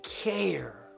care